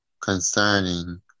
concerning